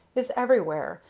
is everywhere,